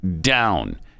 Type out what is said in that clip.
down